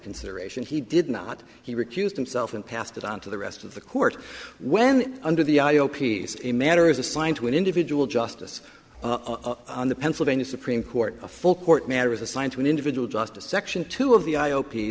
consideration he did not he recused himself and passed it on to the rest of the court when under the i o p a matter is assigned to an individual justice on the pennsylvania supreme court a full court matter is assigned to an individual justice section two of the i